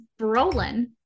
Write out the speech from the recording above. Brolin